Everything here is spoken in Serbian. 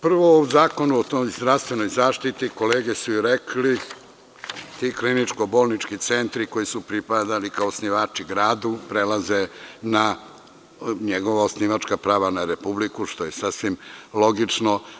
Prvo, u Zakonu o zdravstvenoj zaštiti, kolege su i rekle, ti kliničko-bolnički centri koji su pripadali kao osnivači gradu, njegova osnivačka prava prelaze na Republiku, što je sasvim logično.